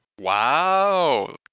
wow